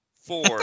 four